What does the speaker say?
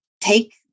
take